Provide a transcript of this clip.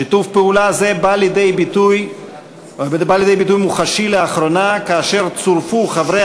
שיתוף פעולה זה בא לידי ביטוי מוחשי לאחרונה כאשר צירפו חברי